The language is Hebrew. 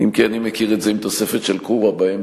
אם כי אני מכיר את זה עם תוספת של קֻוַה באמצע,